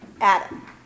Adam